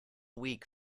weak